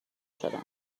شدن